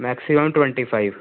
maximum twenty five